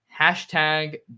Hashtag